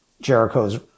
Jericho's